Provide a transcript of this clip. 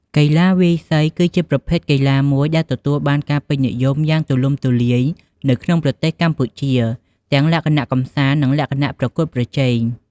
កីឡាវាយសី គឺជាប្រភេទកីឡាមួយដែលទទួលបានការពេញនិយមយ៉ាងទូលំទូលាយនៅក្នុងប្រទេសកម្ពុជា ទាំងលក្ខណៈកម្សាន្ត និងលក្ខណៈប្រកួតប្រជែង។